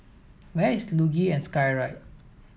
where is Luge and Skyride